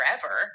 forever